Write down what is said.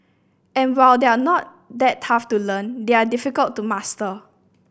and while they are not that tough to learn they are difficult to master